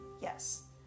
Yes